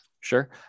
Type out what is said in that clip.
sure